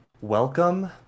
Welcome